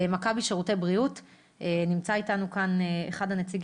מכבי שירותי בריאות, נמצא איתנו אחד הנציגים.